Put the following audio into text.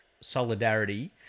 solidarity